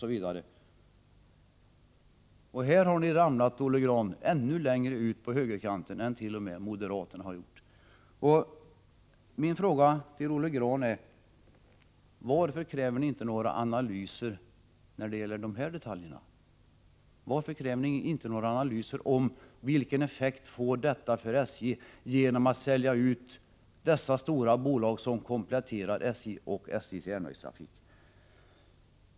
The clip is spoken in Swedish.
Här har ni, Olle Grahn, ramlat ännu längre ut på högerkanten än t.o.m. moderaterna. Min fråga till Olle Grahn är: Varför kräver ni inte några analyser när det gäller de här detaljerna? Varför kräver ni inga analyser över vilka effekter det skulle få för SJ att sälja ut dessa stora bolag, som kompletterar SJ och SJ:s järnvägstrafik?